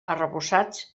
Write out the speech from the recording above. arrebossats